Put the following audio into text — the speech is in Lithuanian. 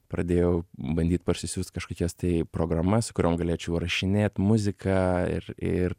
pradėjau bandyt parsisiųst kažkokias tai programas su kuriom galėčiau įrašinėt muziką ir ir